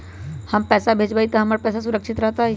हम पैसा भेजबई तो हमर पैसा सुरक्षित रहतई?